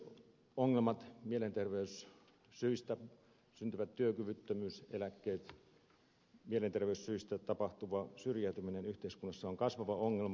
mielenterveysongelmat mielenterveyssyistä syntyvät työkyvyttömyyseläkkeet mielenterveyssyistä tapahtuva syrjäytyminen yhteiskunnassa on kasvava ongelma